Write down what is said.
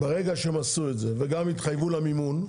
ברגע שהם עשו את זה וגם התחייבו למימון,